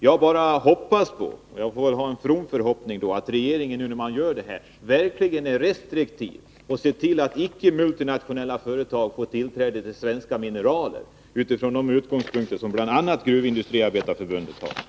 Jag bara hoppas på — jag får väl ha en from förhoppning-— att regeringen verkligen är restriktiv och ser till att multinationella företag icke får tillträde till svenska mineraler, bl.a. med hänsyn till vad Gruvindustriarbetareförbundet har sagt.